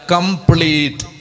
Complete